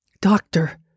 Doctor